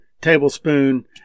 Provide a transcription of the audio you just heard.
tablespoon